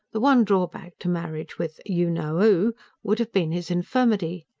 the one drawback to marriage with you know oo would have been his infirmity.